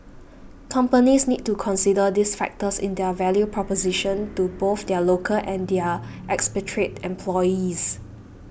companies need to consider these factors in their value proposition to both their local and their expatriate employees